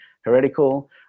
heretical